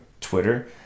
Twitter